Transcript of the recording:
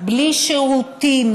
בלי שירותים,